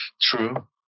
True